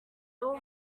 all